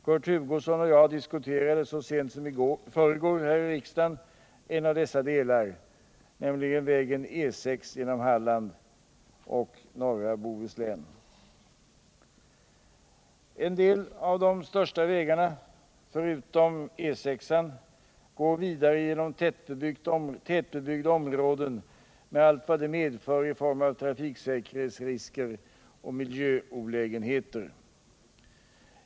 Kurt Hugosson och jag diskuterade så sent som i förrgår här i riksdagen en av dessa delar, nämligen väg E6 genom Halland och norra Bohuslän. En del av de största vägarna förutom E 6 går vidare genom tätbebyggda områden med allt vad det medför i form av trafiksäkerhetsrisker och miljöolägenheter.